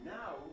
now